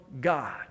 God